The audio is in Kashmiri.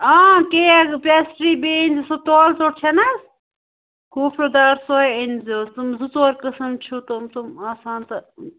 آ کیک پیشٹری بیٚیہِ أنۍزِ سُہ تولہٕ ژوٚٹ چھَنہ کھوٗفرٕ دار سۄے أنۍزیو تِم زٕ ژور قٕسٕم چھُو تِم تِم آسان تہٕ